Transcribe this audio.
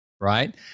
right